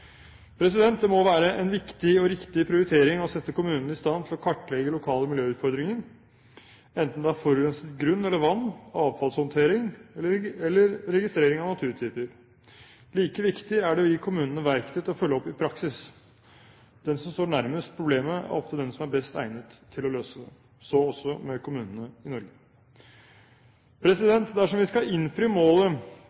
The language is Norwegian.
Det må være en viktig og riktig prioritering å sette kommunene i stand til å kartlegge lokale miljøutfordringer, enten det er forurenset grunn eller vann, avfallshåndtering eller registrering av naturtyper. Like viktig er det å gi kommunene verktøy til å følge opp i praksis. Den som står nærmest problemet, er ofte den som er best egnet til å løse det – så også med kommunene i Norge.